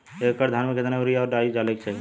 एक एकड़ धान में कितना यूरिया और डाई डाले के चाही?